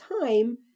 time